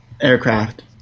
aircraft